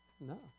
No